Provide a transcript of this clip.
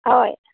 हय